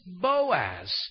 Boaz